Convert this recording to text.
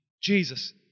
Jesus